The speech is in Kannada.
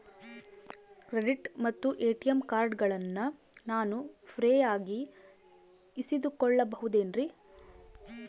ಕ್ರೆಡಿಟ್ ಮತ್ತ ಎ.ಟಿ.ಎಂ ಕಾರ್ಡಗಳನ್ನ ನಾನು ಫ್ರೇಯಾಗಿ ಇಸಿದುಕೊಳ್ಳಬಹುದೇನ್ರಿ?